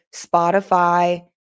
Spotify